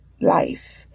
life